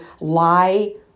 lie